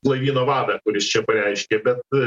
laivyno vadą kuris čia pareiškė bet